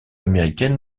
américaine